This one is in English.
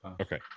Okay